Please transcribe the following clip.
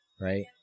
right